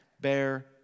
bear